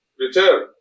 return